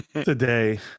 today